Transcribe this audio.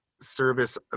service